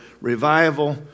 revival